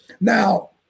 Now